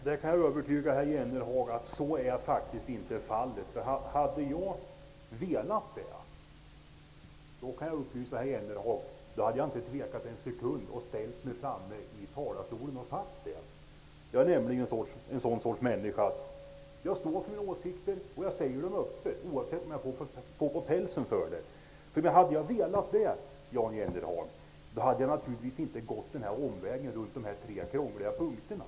Herr talman! Så är faktiskt inte fallet, herr Jennehag. Hade jag velat det, hade jag inte tvekat en sekund att ställa mig framme i talarstolen och säga det. Jag står för mina åsikter. Jag säger dem öppet, oavsett om jag får på pälsen eller ej för det. Hade jag velat det, hade jag naturligtvis inte gått omvägen runt de tre krångliga punkterna.